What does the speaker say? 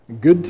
good